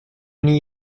n’y